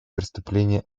преступление